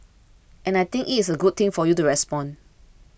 and I think it is a good thing for you to respond